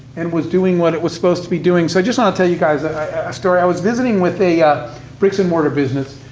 and was doing what it was supposed to be doing. so i just want to tell you guys a story. i was visiting with a bricks and mortar business.